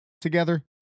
together